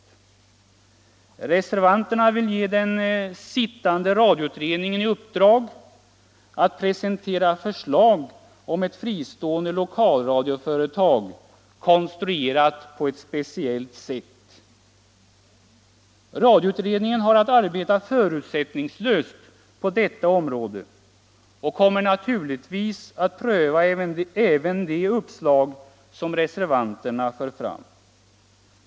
Reservanterna vill ge den pågående radioutredningen i uppdrag att presentera förslag om ett fristående lokalradioföretag, konstruerat på ett speciellt sätt. Radioutredningen har att arbeta förutsättningslöst på detta område och kommer naturligtvis att pröva även de uppslag som reservanterna för fram.